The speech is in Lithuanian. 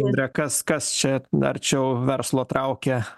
indre kas kas čia arčiau verslo traukia